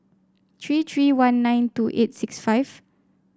three three one nine two eight six five